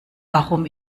warum